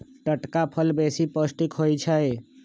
टटका फल बेशी पौष्टिक होइ छइ